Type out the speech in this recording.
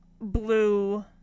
blue